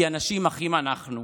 כי אנשים אחים אנחנו.